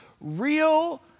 real